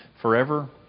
forever